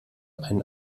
einen